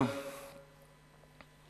הוא